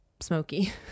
smoky